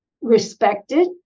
respected